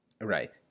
Right